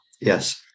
yes